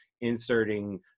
inserting